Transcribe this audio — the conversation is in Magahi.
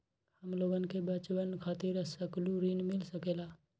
हमलोगन के बचवन खातीर सकलू ऋण मिल सकेला?